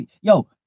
Yo